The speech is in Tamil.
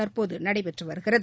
தற்போது நடைபெற்று வருகிறது